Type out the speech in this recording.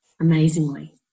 amazingly